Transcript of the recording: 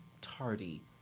tardy